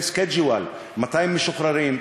מתי הם משוחררים,